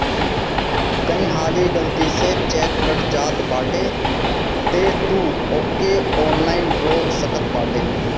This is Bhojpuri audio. कई हाली गलती से चेक कट जात बाटे तअ तू ओके ऑनलाइन रोक सकत बाटअ